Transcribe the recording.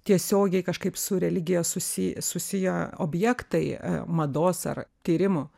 tiesiogiai kažkaip su religija susij susiję objektai mados ar tyrimų